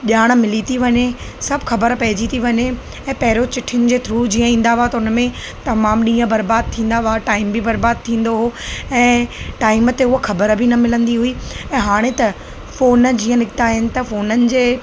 ॼाण मिली थी वञे सभु ख़बर पइजी थी वञे ऐं पहिरियों चिठियुनि जे थ्रू जीअं ईंदा हुआ त उन में तमामु ॾींहं बर्बाद थींदा हुआ टाइम बि बर्बाद थींदो हुओ ऐं टाइम ते उहा ख़बर बि न मिलंदी हुई ऐं हाणे त फोन जीअं निकिता आहिनि त फोननि जे